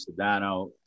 Sedano